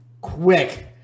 quick